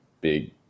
big